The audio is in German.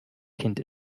kind